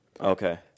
Okay